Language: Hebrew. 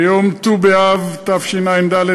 ביום ט"ו באב התשע"ד,